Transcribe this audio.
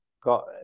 got